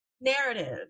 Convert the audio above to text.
narrative